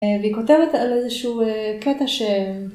והיא כותבת על איזשהו קטע ש...